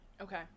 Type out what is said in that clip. Okay